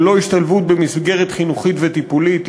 ללא השתלבות במסגרת חינוכית וטיפולית,